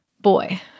Boy